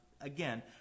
again